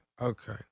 okay